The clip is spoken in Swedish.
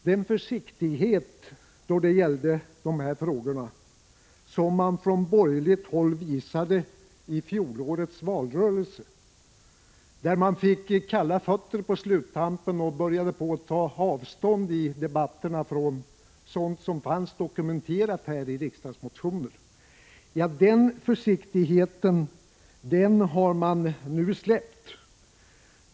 Den försiktighet då det gällde dessa frågor som man från borgerligt håll visade i fjolårets valrörelse — där man fick kalla fötter på sluttampen och i debatterna började ta avstånd från sådant som fanns dokumenterat här i riksdagsmotioner — har man nu släppt.